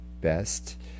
best